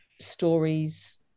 stories